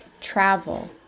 travel